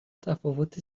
تفاوت